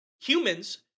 humans